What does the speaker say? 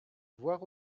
voir